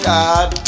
God